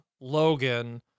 Logan